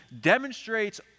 demonstrates